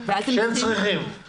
שהם צריכים להודיע לכם.